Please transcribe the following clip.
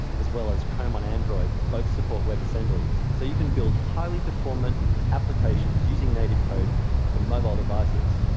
as well as chrome on android, both support webassembly. so you can build highly performant applications using native code for mobile devices,